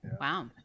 Wow